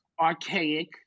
archaic